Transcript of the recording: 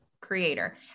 creator